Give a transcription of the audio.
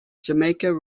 jamaica